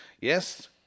Yes